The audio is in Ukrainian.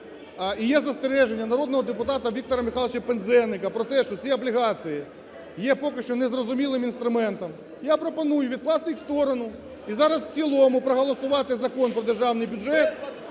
і є застереження народного депутата Віктора Михайловича Пинзеника про те, що ці облігації є поки що незрозумілим інструментом, я пропоную відкласти їх в сторону і зараз в цілому проголосувати Закон про державний бюджет